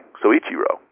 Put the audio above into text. Soichiro